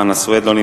חנא סוייד,